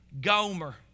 Gomer